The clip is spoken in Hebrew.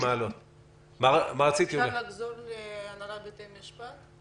אפשר לחזור להנהלת בתי המשפט?